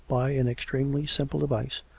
by an extremely simple device,